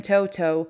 Toto